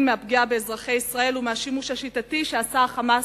מהפגיעה באזרחי ישראל ומהשימוש השיטתי שעשה ה"חמאס"